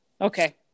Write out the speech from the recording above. Okay